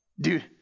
Dude